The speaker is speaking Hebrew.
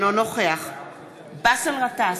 אינו נוכח באסל גטאס,